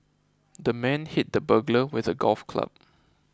the man hit the burglar with a golf club